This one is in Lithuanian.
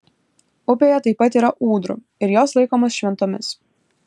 upėje taip pat yra ūdrų ir jos laikomos šventomis